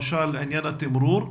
למשל עניין התמרור,